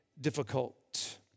difficult